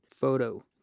photo